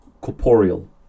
corporeal